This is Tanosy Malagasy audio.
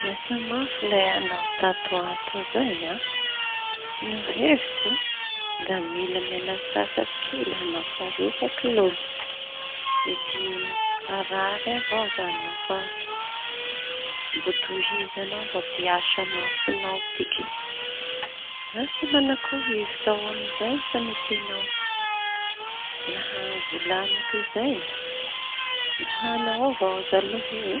Niasa mafy lay añao tatoato zay an! Nohevitso da mila miala sasatry kely añao; fa rokaky loatsy mety harary avao izañy no fa mbô tohizañao avo ty asa mafinao tiky. Vasa manakory hevitsao amizay faneteñao raha volañiko zay da añao avao aza aloha io.